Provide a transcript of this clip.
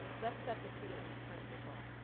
let's set the scene for people.